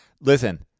listen